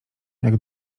jak